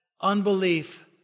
Unbelief